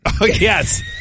Yes